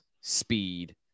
speed